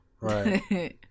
Right